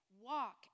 walk